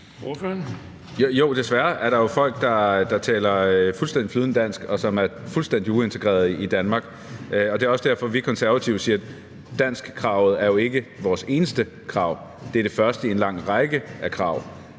Jo, desværre er der jo folk, der taler fuldstændig flydende dansk, og som er fuldstændig uintegrerede i Danmark, og det er også derfor, vi konservative siger, at danskkravet ikke er vores eneste krav. Det er det første i en lang række af krav.